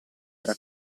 era